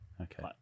Okay